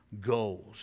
goals